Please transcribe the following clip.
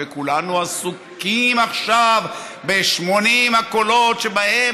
וכולנו עסוקים עכשיו ב-80 הקולות שבהם